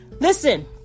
listen